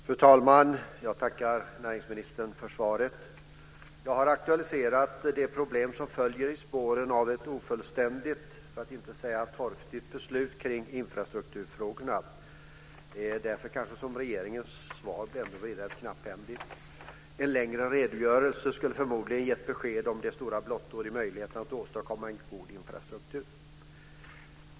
Fru talman! Jag tackar näringsministern för svaret. Jag har aktualiserat de problem som följer i spåren av ett ofullständigt, för att inte säga torftigt, beslut kring infrastrukturfrågorna. Det är kanske därför regeringens svar är så knapphändigt. En längre redogörelse skulle förmodligen gett besked om de stora blottor som finns i möjligheterna att åstadkomma en god infrastruktur.